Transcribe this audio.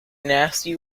nasty